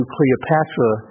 Cleopatra